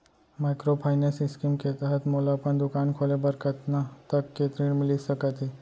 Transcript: Microfinance scheme के तहत मोला अपन दुकान खोले बर कतना तक के ऋण मिलिस सकत हे?